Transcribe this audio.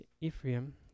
Ephraim